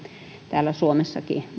täällä suomessakin